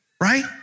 Right